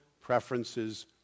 preferences